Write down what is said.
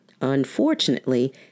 Unfortunately